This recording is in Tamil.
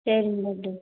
சரிங்க டாக்டர்